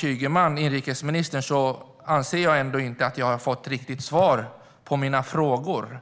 för inrikesminister Anders Ygeman att få ordet igen vill jag säga att jag inte anser att jag riktigt har fått svar på mina frågor.